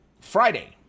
Friday